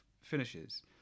finishes